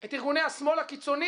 את ארגוני השמאל הקיצוני,